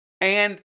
And-